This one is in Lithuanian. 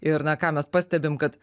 ir na ką mes pastebim kad